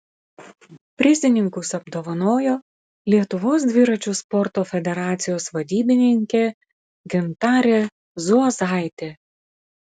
prizininkus apdovanojo lietuvos dviračių sporto federacijos vadybininkė gintarė zuozaitė